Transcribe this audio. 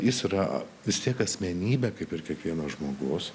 jis yra vis tiek asmenybė kaip ir kiekvienas žmogus